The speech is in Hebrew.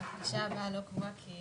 הפגישה הבאה לא נקבעה כי